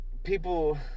people